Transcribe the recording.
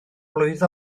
blwydd